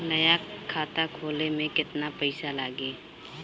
नया खाता खोले मे केतना पईसा लागि?